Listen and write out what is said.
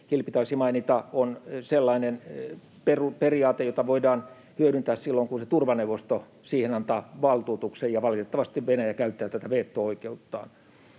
Kilpi taisi mainita, on sellainen perusperiaate, jota voidaan hyödyntää silloin, kun se turvaneuvosto siihen antaa valtuutuksen, ja valitettavasti Venäjä käyttää tätä veto-oikeuttaan.